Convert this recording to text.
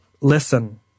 listen